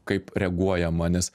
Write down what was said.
kaip reaguojama nes